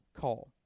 call